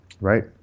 right